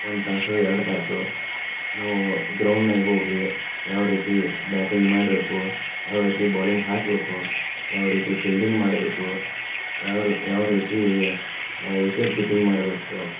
ಒಂದು ತಾಸು ಎರಡು ತಾಸು ನಾವು ಗ್ರೌಂಡ್ನಾಗ ಹೋಗಿ ಯಾವ ರೀತಿ ಬ್ಯಾಟಿಂಗ್ ಮಾಡಬೇಕು ಯಾವ ರೀತಿ ಬೌಲಿಂಗ್ ಹಾಕಬೇಕು ಯಾವ ರೀತಿ ಫೀಲ್ಡಿಂಗ್ ಮಾಡಬೇಕು ಯಾವ ರು ಯಾವ ರೀತಿ ವಿಕೆಟ್ ಕೀಪಿಂಗ್ ಮಾಡಬೇಕು